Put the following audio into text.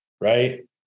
right